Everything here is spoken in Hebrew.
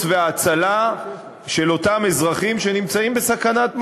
וההצלה של אותם אזרחים שנמצאים בסכנת מוות.